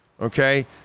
okay